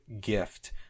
gift